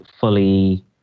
fully